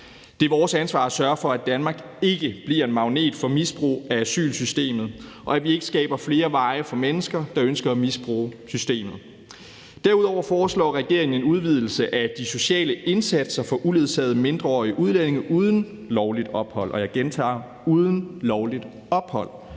Det er vores ansvar at sørge for, at Danmark ikke bliver en magnet for misbrug af asylsystemet, og at vi ikke skaber flere veje for mennesker, der ønsker at misbruge systemet. Derudover foreslår regeringen en udvidelse af de sociale indsatser for uledsagede mindreårige udlændinge uden lovligt ophold. Og jeg gentager: uden lovligt ophold.